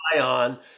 on